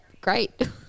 Great